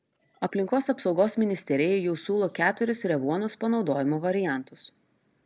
aplinkos apsaugos ministerijai jau siūlo keturis revuonos panaudojimo variantus